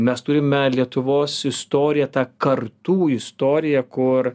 mes turime lietuvos istoriją tą kartų istoriją kur